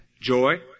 joy